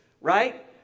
right